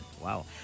Wow